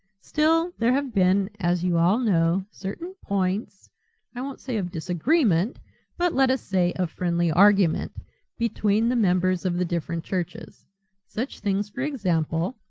still there have been, as you all know, certain points i won't say of disagreement but let us say of friendly argument between the members of the different churches such things for example,